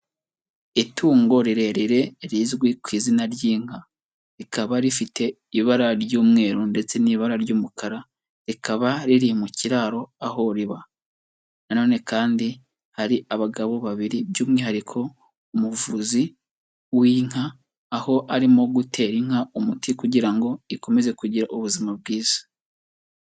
Itungo rirerire rizwi ku izina ry'inka, rikaba rifite ibara ry'umweru ndetse n'ibara ry'umukara, rikaba riri mu kiraro aho riba. Na none kandi hari abagabo babiri by'umwihariko umuvuzi w'inka, aho arimo gutera inka umuti kugira ngo ikomeze kugira ubuzima bwiza.